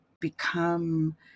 become